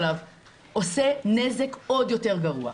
עושה נזק עוד יותר גרוע.